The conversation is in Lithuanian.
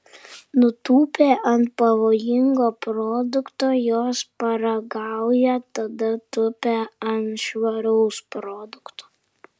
nutūpę ant pavojingo produkto jos paragauja tada tupia ant švaraus produkto